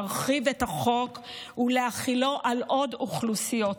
להרחיב את החוק ולהחילו על עוד אוכלוסיות,